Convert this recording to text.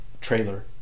trailer